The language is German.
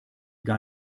gar